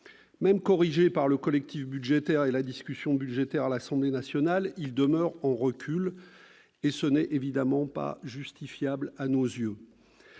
Même corrigé par le collectif budgétaire et la discussion budgétaire à l'Assemblée nationale, il demeure en recul, ce qui n'est évidemment pas justifiable à nos yeux.